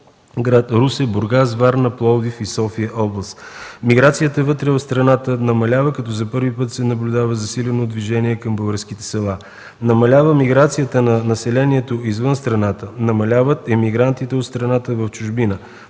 Русе, Бургас, Варна, Пловдив и София-област. Миграцията вътре в страната намалява, като за първи път се наблюдава засилено движение към българските села. Намалява миграцията на населението извън страната, намаляват емигрантите от страната в чужбина,